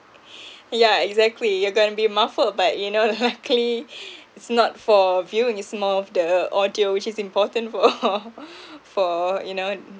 yeah exactly you're gonna be muffled but you know luckily it's not for view it's more of the audio which is important for for you know